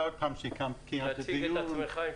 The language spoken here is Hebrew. תודה שאתה מקיים את הדיון.